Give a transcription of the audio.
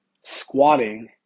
squatting